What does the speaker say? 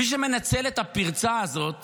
מי שמנצל את הפרצה הזאת